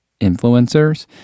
influencers